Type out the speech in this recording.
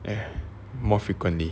and more frequently